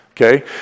Okay